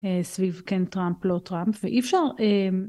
סביב כן טראמפ לא טראמפ ואי אפשר.